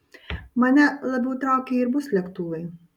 mane labiau traukia airbus lėktuvai